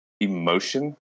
emotion